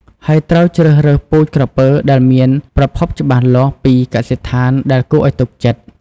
ហើយត្រូវជ្រើសរើសពូជក្រពើដែលមានប្រភពច្បាស់លាស់ពីកសិដ្ឋានដែលគួរឲ្យទុកចិត្ត។